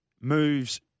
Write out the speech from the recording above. moves